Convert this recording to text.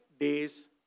days